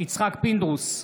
יצחק פינדרוס,